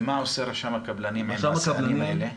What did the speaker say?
ומה עושה רשם הקבלנים עם השיאנים האלה?